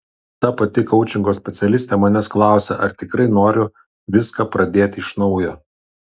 ta pati koučingo specialistė manęs klausė ar tikrai noriu viską pradėti iš naujo